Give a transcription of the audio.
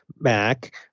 Mac